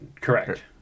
Correct